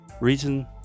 Reason